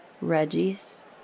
Reggie's